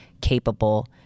capable